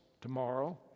tomorrow